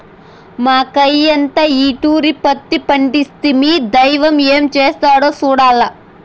మాకయ్యంతా ఈ తూరి పత్తి పంటేస్తిమి, దైవం ఏం చేస్తాడో సూడాల్ల